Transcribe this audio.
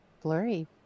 blurry